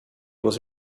was